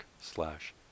slash